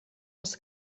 als